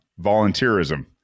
volunteerism